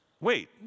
wait